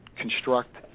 construct